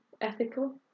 ethical